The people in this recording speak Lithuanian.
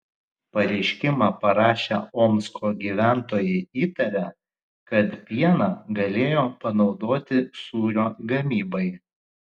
pareiškimą parašę omsko gyventojai įtaria kad pieną galėjo panaudoti sūrio gamybai